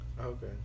okay